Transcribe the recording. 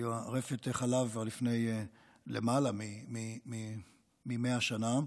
הייתה רפת חלב כבר למעלה מ-100 שנה,